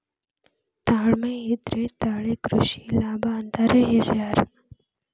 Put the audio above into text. ತಾಳ್ಮೆ ಇದ್ರೆ ತಾಳೆ ಕೃಷಿ ಲಾಭ ಅಂತಾರ ಹಿರ್ಯಾರ್